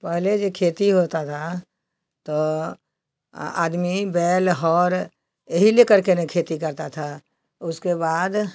पहले जो खेती होता था तो आदमी बैल हर यही लेकर के ना खेती करता था उसके बाद